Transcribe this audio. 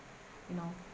you know